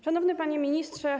Szanowny Panie Ministrze!